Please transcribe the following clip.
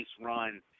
run